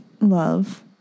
Love